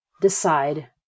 decide